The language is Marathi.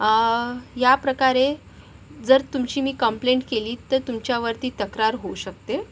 याप्रकारे जर तुमची मी कंप्लेंट केली तर तुमच्यावरती तक्रार होऊ शकते